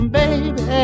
baby